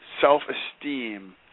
self-esteem